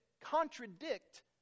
contradict